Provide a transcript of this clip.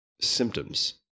symptoms